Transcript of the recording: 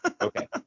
Okay